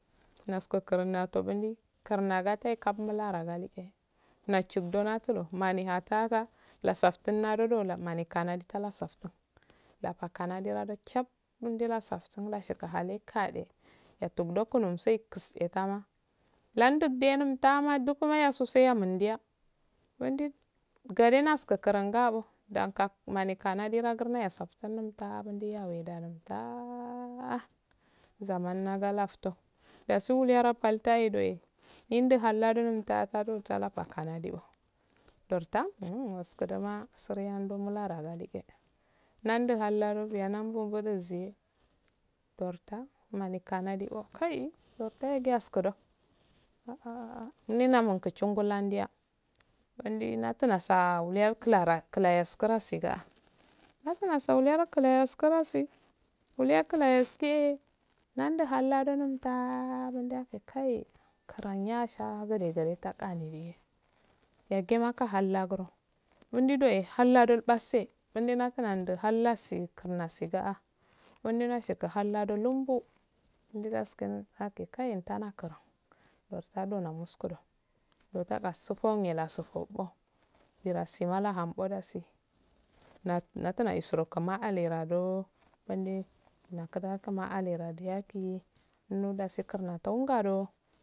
Nasko kurun nato bundi karnagati kap mulara galiqe nachikele natulo mani hatara lasaftin ado noda mani kanadi tala saftin lapa kanadi lado chap underla saftin lakachade kade yak tun adokuno msai kase tama landum denum dukne yaso so yenun diya mundi gade nasko kuran gaabo kanka mmani kanadi ra gurna yasaftin numta abunde awe da lumtea zaman naga lafton dasi wuliya paedo mindu haldo muuta ata kanadi o lota uskudum suriyand mulara gadiqe nandu hallado biya nambun bubu ziye lorta mani kanadi o kai lota yagi yaskudo nina nukum chun gulandiya wandi natunasa wuligal klayas kuras siga a nanumasa yaro klayasku rasi wuliiyas kulayasku e nan du halladoe nuntaa mun dam ke kai kranya sha gadegade tagani dige yagi mukal laguro mundu doe hallado ulpase wunde nakanadi hallasi kuena asi ga wanno nasiga hallado lumbo ndida ski naki tana kuron lorta tonamus kuro lotaba nusunge lasobo yiransima lahambo lasi natuna isiro kima alerado fande klakuma alerado yakiye no dasi kurna tongado